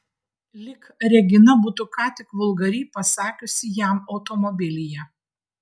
lyg regina būtų ką tik vulgariai pasakiusi jam automobilyje